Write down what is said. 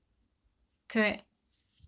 correct